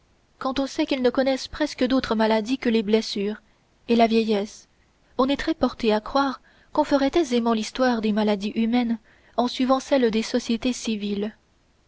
quand on sait qu'ils ne connaissent presque d'autres maladies que les blessures et la vieillesse on est très porté à croire qu'on ferait aisément l'histoire des maladies humaines en suivant celle des sociétés civiles